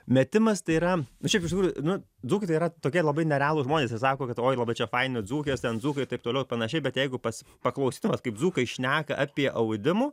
metimas tai yra šiaip iš tikrųjų nu dzūkai tai yra tokie labai nerealūs žmonės ir sako kad oi labai čia faini dzūkės ten dzūkai taip toliau panašiai bet jeigu pas paklausytum vat kaip dzūkai šneka apie audimų